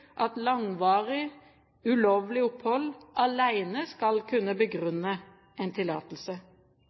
at langvarig ulovlig opphold alene skal kunne begrunne en tillatelse.